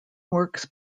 works